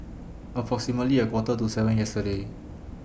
approximately A Quarter to seven yesterday